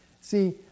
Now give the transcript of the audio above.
See